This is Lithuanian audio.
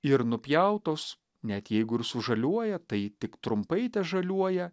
ir nupjautos net jeigu ir sužaliuoja tai tik trumpai težaliuoja